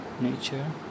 nature